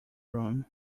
room